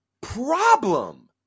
problem